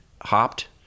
hopped